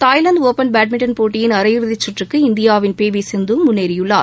Thailand open badminton போட்டியின் அரையிறுதிச் சுற்றுக்கு இந்தியாவின் பி வி சிந்து முன்னேறியுள்ளார்